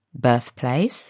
birthplace